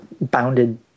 bounded